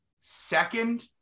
second